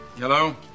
Hello